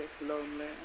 lonely